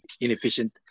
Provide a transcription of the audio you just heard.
inefficient